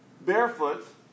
barefoot